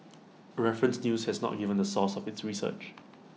reference news has not given the source of its research